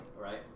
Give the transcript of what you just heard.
right